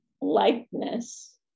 likeness